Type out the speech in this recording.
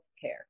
care